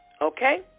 Okay